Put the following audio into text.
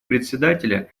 председателя